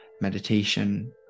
Meditation